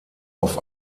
auf